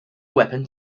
weapon